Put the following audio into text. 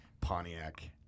Pontiac